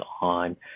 on